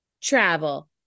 travel